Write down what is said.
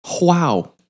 wow